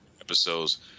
Episodes